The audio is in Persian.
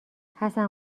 حسن